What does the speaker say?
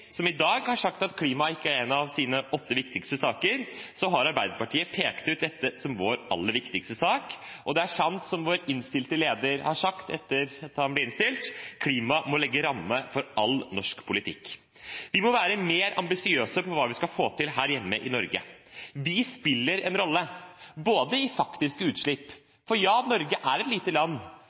i dag har en regjering som har sagt at klima ikke er en av deres åtte viktigste saker, har Arbeiderpartiet pekt ut dette som sin aller viktigste sak. Det er sant, som vår leder sa etter at han ble innstilt, at klimaet må legge rammene for all norsk politikk. Vi må være mer ambisiøse med hensyn til hva vi skal få til her hjemme i Norge. Vi spiller en rolle når det gjelder faktiske utslipp. Norge er et lite land,